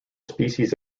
species